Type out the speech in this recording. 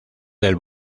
del